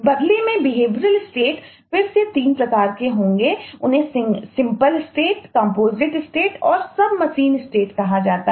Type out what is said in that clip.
बदले में behavioural state कहां जाता है